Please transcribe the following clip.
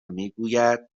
میگوید